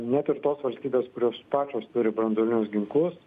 net ir tos valstybės kurios pačios turi branduolinius ginklus